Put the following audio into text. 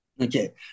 Okay